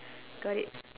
got it